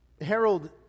Harold